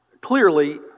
clearly